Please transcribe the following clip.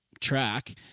track